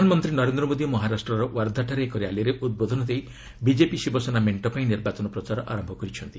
ପ୍ରଧାନମନ୍ତ୍ରୀ ନରେନ୍ଦ୍ର ମୋଦି ମହାରାଷ୍ଟ୍ରର ଓ୍ୱାର୍ଦ୍ଧାଠାରେ ଏକ ର୍ୟାଲିରେ ଉଦ୍ବୋଧନ ଦେଇ ବିଜେପି ଶିବସେନା ମେଣ୍ଟ ପାଇଁ ନିର୍ବାଚନ ପ୍ରଚାର ଆରମ୍ଭ କରିଛନ୍ତି